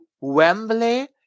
wembley